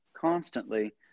constantly